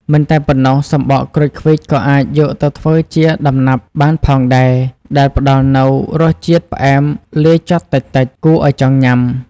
មិនតែប៉ុណ្ណោះ សំបកក្រូចឃ្វិចក៏អាចយកទៅធ្វើជា ដំណាប់ បានផងដែរ ដែលផ្តល់នូវរសជាតិផ្អែមលាយចត់តិចៗ គួរឲ្យចង់ញ៉ាំ។